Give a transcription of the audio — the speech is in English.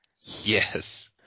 Yes